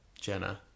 Jenna